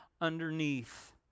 underneath